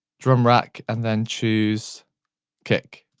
drum rack and then choose kick.